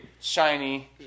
Shiny